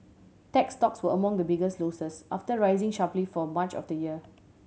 tech stocks were among the biggest losers after rising sharply for much of the year